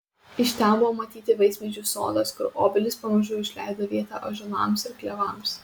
iš ten buvo matyti vaismedžių sodas kur obelys pamažu užleido vietą ąžuolams ir klevams